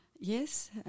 Yes